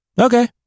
Okay